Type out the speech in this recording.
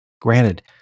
Granted